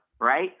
right